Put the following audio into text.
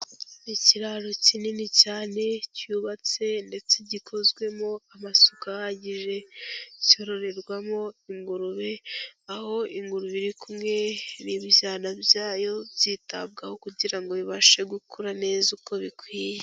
Ikiraro kinini cyane cyubatse ndetse gikozwemo amasuka ahagije, cyororerwamo ingurube, aho ingurube iri kumwe n'ibyana byayo byitabwaho kugira ngo bibashe gukura neza uko bikwiye.